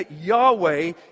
Yahweh